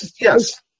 Yes